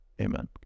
amen